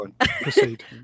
Proceed